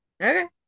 Okay